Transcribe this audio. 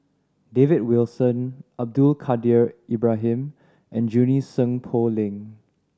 David Wilson Abdul Kadir Ibrahim and Junie Sng Poh Leng